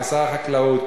כשר החקלאות,